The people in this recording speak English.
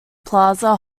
plaza